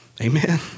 amen